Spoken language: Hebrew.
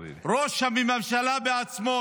ראש המשלה עצמו,